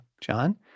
John